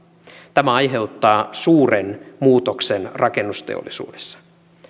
tämä aiheuttaa suuren muutoksen rakennusteollisuudessa